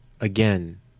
again